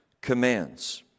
commands